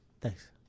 Thanks